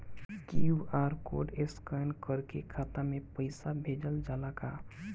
QR code scan करके खाता में पैसा भेजल जाला का?